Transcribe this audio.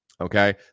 Okay